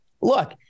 look